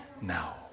now